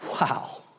Wow